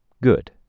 Good